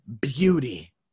beauty